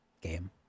game